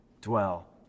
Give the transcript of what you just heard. dwell